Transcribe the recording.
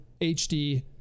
HD